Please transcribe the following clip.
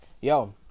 yo